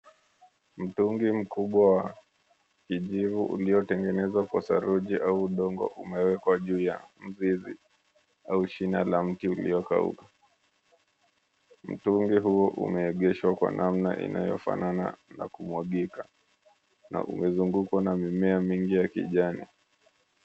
Mtungi mkubwa wa kijivu uliotengenezwa kwa saruji au udongo umewekwa juu ya mzizi au shina la mti uliokauka. Mtungi huo umeegeshwa kwa namna inayofanana na kumwagika na umezungukwa na mimea mingi ya kijani.